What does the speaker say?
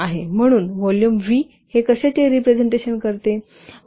म्हणून volume V हे कशाचे रिपरसेंटेशन करते